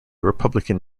republican